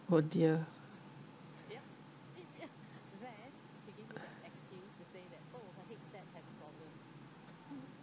oh dear